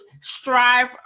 strive